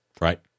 right